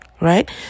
right